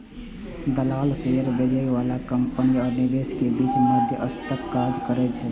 दलाल शेयर बेचय बला कंपनी आ निवेशक के बीच मध्यस्थक काज करै छै